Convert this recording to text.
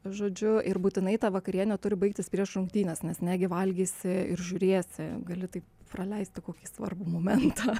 žodžiu ir būtinai ta vakarienė turi baigtis prieš rungtynes nes negi valgysi ir žiūrėsi gali taip praleisti kokį svarbų momentą